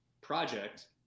project